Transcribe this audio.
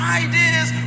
ideas